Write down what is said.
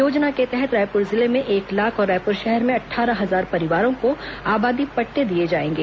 योजना के तहत रायपुर जिले में एक लाख और रायपुर शहर में अट्ठारह हजार परिवारों को आबादी पट्टे दिए जाएंगे